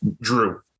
Drew